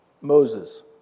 Moses